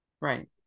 Right